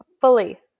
fully